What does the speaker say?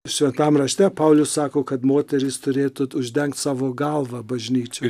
šventam rašte paulius sako kad moterys turėtų uždengti savo galvą bažnyčioj